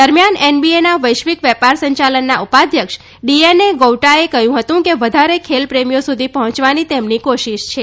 દરમ્યાન એનબીએના વૈશ્વિક વેપાર સંયાલનમાં ઉપાધ્યક્ષ ડિએને ગૌઉટાએ કહ્યું હતું કે વધારે ખેલ પ્રેમીઓ સુધી પહોંચવાની તેમની કોશિશ છે